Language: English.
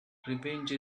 revenge